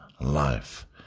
life